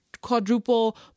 quadruple